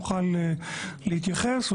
נוכל להתייחס.